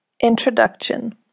Introduction